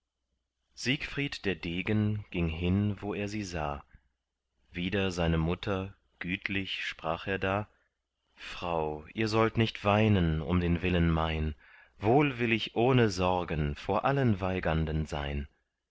siegfried der degen ging hin wo er sie sah wider seine mutter gütlich sprach er da frau ihr sollt nicht weinen um den willen mein wohl will ich ohne sorgen vor allen weiganden sein